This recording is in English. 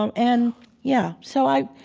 um and yeah. so, i